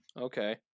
okay